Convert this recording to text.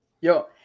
Yo